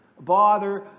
bother